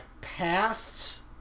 passed